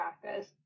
practice